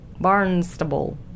Barnstable